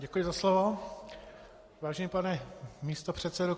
Děkuji za slovo, vážený pane místopředsedo.